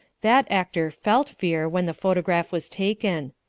that actor felt fear when the photograph was taken.